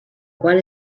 qual